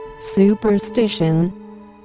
Superstition